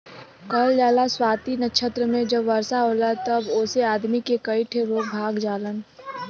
कहल जाला स्वाति नक्षत्र मे जब वर्षा होला तब ओसे आदमी के कई ठे रोग भाग जालन